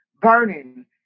burning